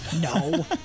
No